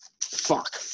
Fuck